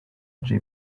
jay